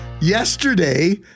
yesterday